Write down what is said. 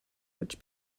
which